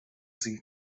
sie